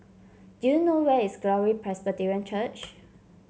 do you know where is Glory Presbyterian Church